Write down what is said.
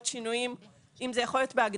"לקות שבשלה מוגבלת יכולת התנועה והניידות והיא מזכה